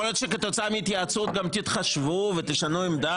יכול להיות גם שכתוצאה מההתייעצות גם תתחשבו ותשנו עמדה,